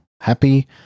Happy